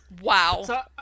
Wow